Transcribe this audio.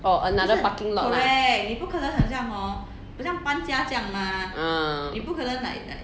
orh another parking lot lah mm